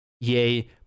Yay